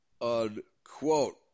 unquote